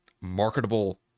marketable